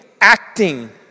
acting